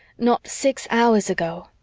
not six hours ago,